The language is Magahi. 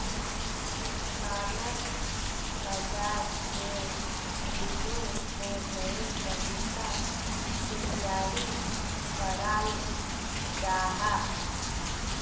बांड बाज़ार में रीनो को नए तरीका से जारी कराल जाहा